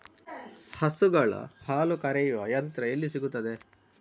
ಹಸುಗಳ ಹಾಲು ಕರೆಯುವ ಯಂತ್ರ ಎಲ್ಲಿ ಸಿಗುತ್ತದೆ?